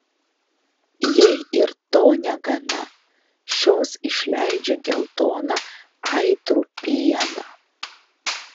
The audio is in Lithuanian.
jei ir to negana šios išleidžia geltoną aitrų pieną